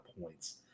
points